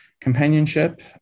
companionship